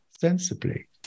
sensibly